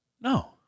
no